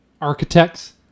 Architects